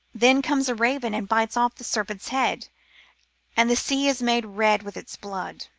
then comes a raven and bites off the serpent's head and the sea is made red with its blood.